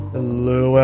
Hello